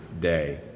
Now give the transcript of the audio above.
day